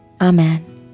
Amen